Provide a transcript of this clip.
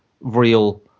real